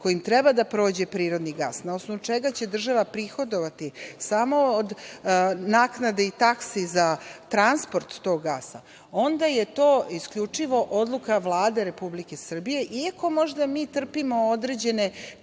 kojim treba da prođe prirodni gas, na osnovu čega će država prihodovati samo od naknadi i taksi za transport tog gasa, onda je to isključivo odluka Vlade Republike Srbije, iako možda mi trpimo određene